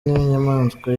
n’inyamaswa